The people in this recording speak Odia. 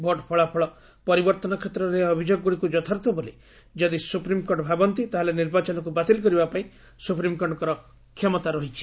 ଭୋଟ ଫଳାଫଳ ପରିବର୍ତ୍ତନ କ୍ଷେତ୍ରରେ ଏହି ଅଭିଯୋଗଗୁଡ଼ିକୁ ଯଥାର୍ଥ ବୋଲି ଯଦି ସୁପ୍ରିମ୍କୋର୍ଟ ଭାବନ୍ତି ତାହେଲେ ନିର୍ବାଚନକୁ ବାତିଲ କରିବା ପାଇଁ ସ୍ତ୍ରପ୍ରିମ୍କୋର୍ଟଙ୍କର କ୍ଷମତା ରହିଛି